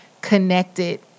connected